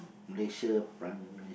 Malaysia prime